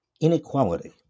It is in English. inequality